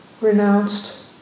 renounced